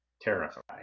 terrified